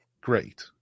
great